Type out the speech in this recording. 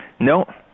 No